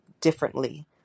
differently